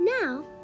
Now